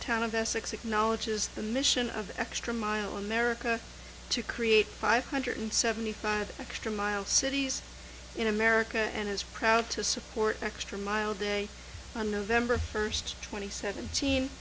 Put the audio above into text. town of essex acknowledges the mission of extra mile america to create five hundred seventy five extra mile cities in america and is proud to support the extra mile day on november first twenty seventeen